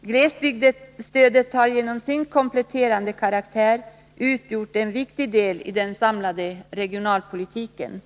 Glesbygdsstödet har genom sin kompletterande karaktär utgjort en viktig del i den samlade regionalpolitiken.